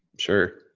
sure,